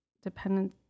dependent